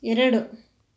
ಎರಡು